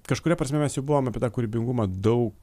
kažkuria prasme mes buvom apie tą kūrybingumą daug